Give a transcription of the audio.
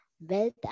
wealth